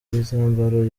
gitambaro